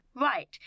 Right